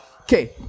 Okay